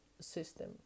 system